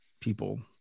people